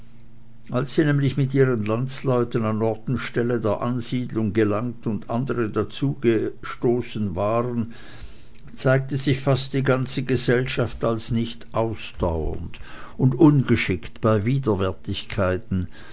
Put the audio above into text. als sie nämlich mit ihren landsleuten an ort und stelle der ansiedlung gelangt und andere dazugestoßen waren zeigte sich fast die ganze gesellschaft als nicht ausdauernd und ungeschickt bei